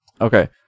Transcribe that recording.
okay